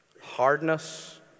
hardness